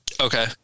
Okay